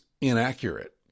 inaccurate